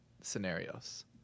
scenarios